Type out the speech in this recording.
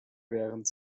während